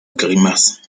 grimace